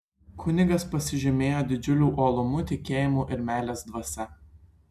kunigas pasižymėjo didžiuliu uolumu tikėjimu ir meilės dvasia